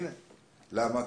למה?